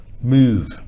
move